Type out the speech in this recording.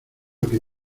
que